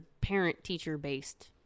parent-teacher-based